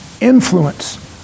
influence